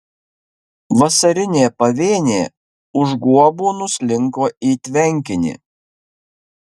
vasarinė pavėnė už guobų nuslinko į tvenkinį